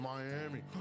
Miami